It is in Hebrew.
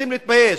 צריכים להתבייש.